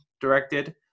directed